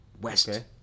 West